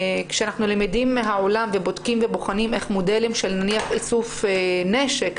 כשאנחנו למדים מהעולם ובודקים ובוחנים איך מודלים של איסוף נשק,